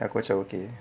aku macam okay